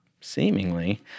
seemingly